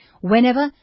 whenever